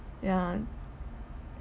yeah